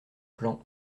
plan